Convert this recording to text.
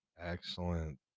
Excellent